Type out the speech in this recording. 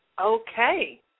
Okay